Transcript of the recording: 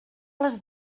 les